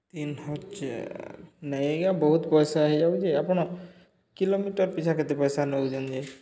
ତିନ୍ ହଜାର୍ ନାଇଁ ଆଜ୍ଞା ବହୁତ ପଏସା ହେଇଯାଉଛେ ଆପଣ କିଲୋମିଟର୍ ପିଛା କେତେ ପଏସା ନଉଚନ୍ ଯେ